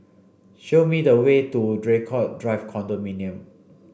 show me the way to Draycott Drive Condominium